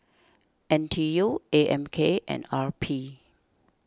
N T U A M K and R P